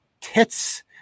tits